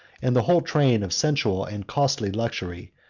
and the whole train of sensual and costly luxury,